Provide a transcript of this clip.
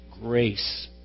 grace